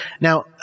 Now